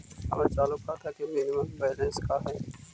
हमर चालू खाता के मिनिमम बैलेंस का हई?